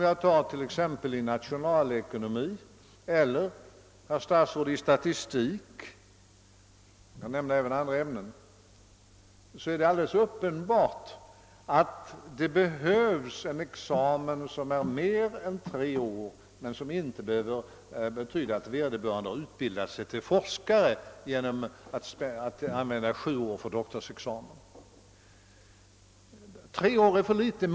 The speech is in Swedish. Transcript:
När det gäller exempelvis nationalekonomi eller statistik — jag kan nämna även andra ämnen — är det alldeles uppenbart att det behövs en examen som tar mer än tre år men som inte behöver betyda att vederbörande har utbildat sig till forskare genom att använda sju år för doktorsexamen. Tre år är för litet.